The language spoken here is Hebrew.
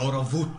מעורבות,